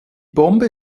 bombe